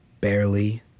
barely